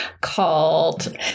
called